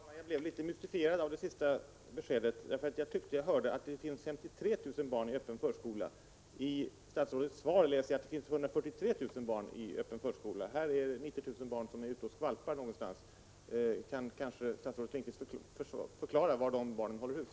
Herr talman! Jag blev litet konfunderad av det senaste beskedet. Jag tyckte jag hörde statsrådet säga att det finns 53 000 barn i öppen förskola. Men i statsrådets svar läser jag att det finns 143 000 barn i öppen förskola. Här har 90 000 barn kommit bort någonstans, och statsrådet Lindqvist kanske kan förklara var de håller hus.